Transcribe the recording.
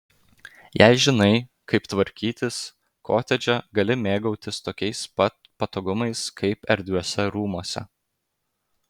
jei žinai kaip tvarkytis kotedže gali mėgautis tokiais pat patogumais kaip erdviuose rūmuose